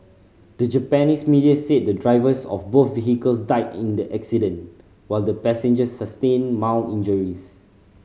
the Japanese media said the drivers of both vehicles died in the accident while the passengers sustained mild injuries